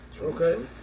Okay